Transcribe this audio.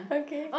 okay